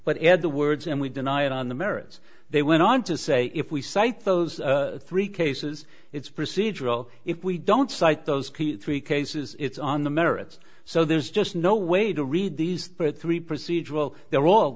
but add the words and we deny it on the merits they went on to say if we cite those three cases it's procedural if we don't cite those key three cases it's on the merits so there's just no way to read these three procedural they're all